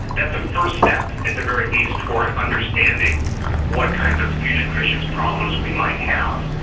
that's a first step, at the very least, toward understanding what kinds of fugitive emissions problems we might have.